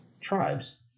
tribes